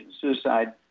Suicide